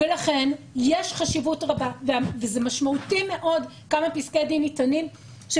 לכן יש חשיבות רבה וזה משמעותי מאוד כמה פסקי דין ניתנים.